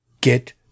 Get